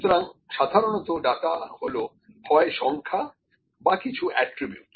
সুতরাংসাধারণত data হলো হয় সংখ্যা বা কিছু এট্রিবিউট